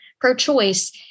pro-choice